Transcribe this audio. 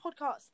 podcast